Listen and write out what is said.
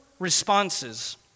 responses